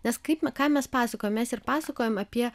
nes kaip ką mes pasakojam mes ir pasakojam apie